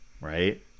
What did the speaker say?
right